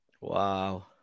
Wow